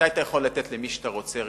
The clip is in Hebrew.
מתי אתה יכול לתת למי שאתה רוצה רשיון?